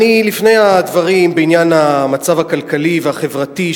לפני הדברים בעניין המצב הכלכלי והחברתי,